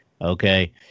okay